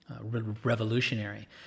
Revolutionary